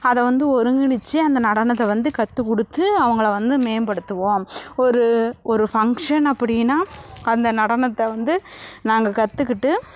அதை வந்து ஒருகிணைத்து அந்த நடனத்தை வந்து கற்றுக் ககொடுத்து அவங்களை வந்து மேம்படுத்துவோம் ஒரு ஒரு ஃபங்க்ஷன் அப்படின்னா அந்த நடனத்தை வந்து நாங்கள் கற்றுக்கிட்டு